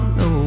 no